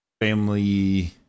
family –